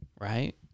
Right